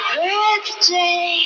birthday